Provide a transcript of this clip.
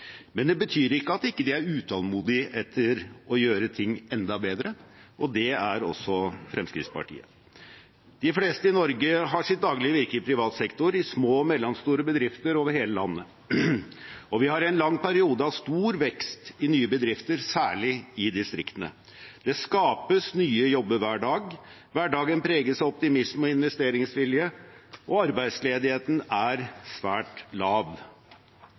men det betyr ikke at de ikke er utålmodige etter å gjøre ting enda bedre, og det er også Fremskrittspartiet. De fleste i Norge har sitt daglige virke i privat sektor, i små og mellomstore bedrifter over hele landet, og vi har i en lang periode hatt stor vekst i nye bedrifter, særlig i distriktene. Det skapes nye jobber hver dag, hverdagen preges av optimisme og investeringsvilje, og arbeidsledigheten er svært lav.